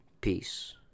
Peace